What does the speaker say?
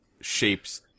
shapes